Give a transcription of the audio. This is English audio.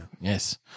Yes